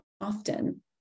often